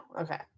Okay